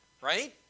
right